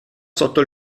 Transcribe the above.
sotto